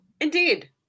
indeed